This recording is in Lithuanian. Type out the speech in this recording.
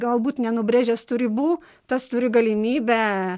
galbūt nenubrėžęs tų ribų tas turi galimybę